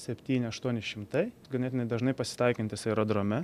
septyni aštuoni šimtai ganėtinai dažnai pasitaikantis aerodrome